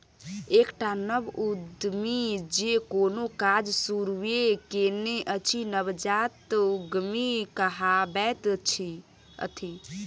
एकटा नव उद्यमी जे कोनो काज शुरूए केने अछि नवजात उद्यमी कहाबैत छथि